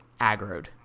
aggroed